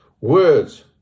words